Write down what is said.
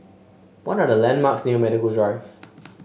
what are the landmarks near Medical Drive